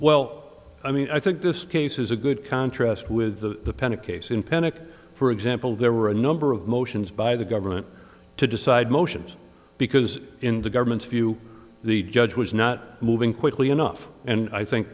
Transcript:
well i mean i think this case is a good contrast with the pena case in panic for example there were a number of motions by the government to decide motions because in the government's view the judge was not moving quickly enough and i think